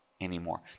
anymore